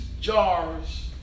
jars